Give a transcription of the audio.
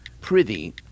prithee